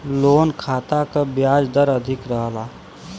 loan खाता क ब्याज दर अधिक रहला